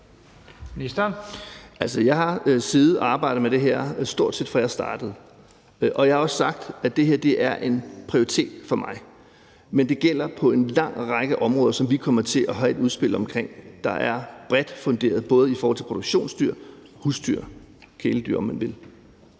Jeg har siddet og arbejdet med det her, stort set siden jeg startede, og jeg har også sagt, at det her er en prioritet for mig. Men det gælder for en lang række områder, som vi kommer til at have et udspil omkring, og som er bredt funderet, både i forhold til produktionsdyr, husdyr og kæledyr, om man vil.